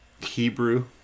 hebrew